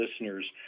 listeners